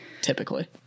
typically